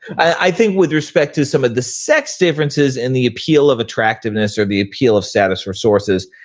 i think with respect to some of the sex differences in the appeal of attractiveness or the appeal of status resources,